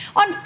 on